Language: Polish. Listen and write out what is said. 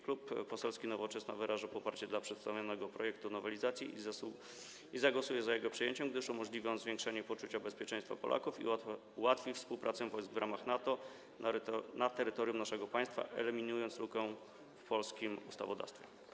Klub Poselski Nowoczesna wyraża poparcie dla przedstawionego projektu nowelizacji i zagłosuje za jego przyjęciem, gdyż umożliwia on zwiększenie poczucia bezpieczeństwa Polaków i ułatwi współpracę wojsk w ramach NATO na terytorium naszego państwa, eliminując lukę w polskim ustawodawstwie.